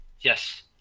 Yes